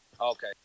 okay